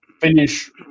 finish